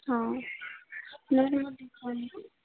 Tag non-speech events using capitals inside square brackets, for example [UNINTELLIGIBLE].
हाँ [UNINTELLIGIBLE]